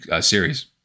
series